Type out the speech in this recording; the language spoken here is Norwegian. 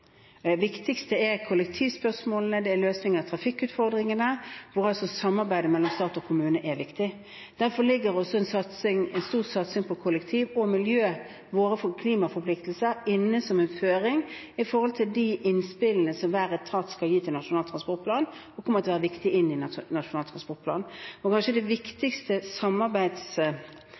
viktigste er kollektivspørsmålene og en løsning på trafikkutfordringene hvor samarbeidet mellom stat og kommune er viktig. Derfor ligger også en stor satsing på kollektivtrafikk og miljø – våre klimaforpliktelser – inne som en føring med tanke på de innspillene som hver etat skal gi til Nasjonal transportplan, og som er viktige i Nasjonal transportplan. Den kanskje viktigste samarbeidsplattformen når det